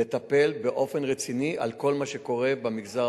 לטפל באופן רציני בכל מה שקורה במגזר